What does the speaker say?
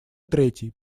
третий